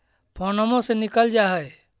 फोनवो से निकल जा है?